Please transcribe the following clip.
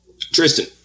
Tristan